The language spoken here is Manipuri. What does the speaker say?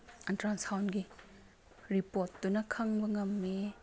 ꯑꯜꯇ꯭ꯔꯥꯁꯥꯎꯟꯒꯤ ꯔꯤꯄꯣꯠꯇꯨꯅ ꯈꯪꯕ ꯉꯝꯃꯤ